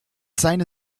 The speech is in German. seine